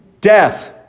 Death